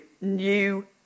new